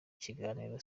kiganiro